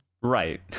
Right